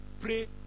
pray